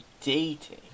dating